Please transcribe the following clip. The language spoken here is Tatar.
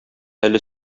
әле